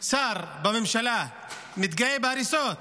שר בממשלה מתגאה בהריסות.